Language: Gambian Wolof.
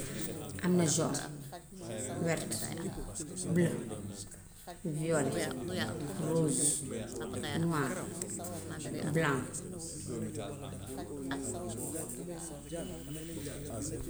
Am na jaune, wert, bleu, violet, rose, noir, blanc.